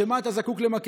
לשם מה אתה זקוק למקל?